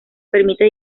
permite